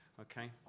Okay